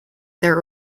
their